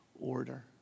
order